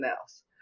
else